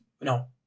no